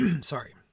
sorry